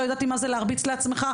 לא ידעתי מה זה להרביץ לעצמך.